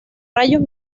rayos